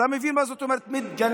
אתה מבין מה זאת אומרת מתגנב?